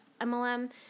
MLM